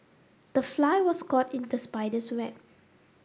the fly was caught in the spider's web